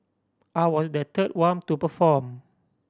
I was the third one to perform